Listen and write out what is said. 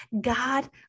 God